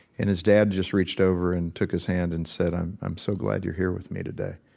and his dad just reached over and took his hand and said, i'm i'm so glad you're here with me today.